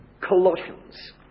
Colossians